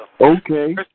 Okay